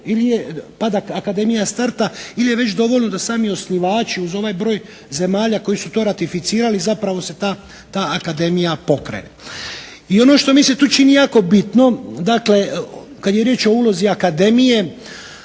pa da akademija starta ili je već dovoljno da sami osnivači uz ovaj broj zemalja koje su to ratificirale zapravo se ta akademija pokrene. I ono što mi se tu čini jako bitno, dakle kad je riječ o ulozi akademije,